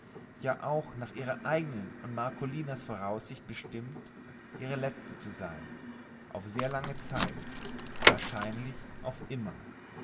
ja auch nach ihrer eigenen und marcolinens voraussicht bestimmt ihre letzte zu sein auf sehr lange zeit wahrscheinlich auf immer